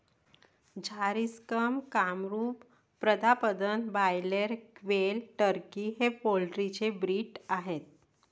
Jharsim, Kamrup, Pratapdhan, broiler, quail, turkey हे poultry चे breed आहेत